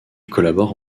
collabore